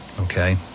Okay